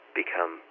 become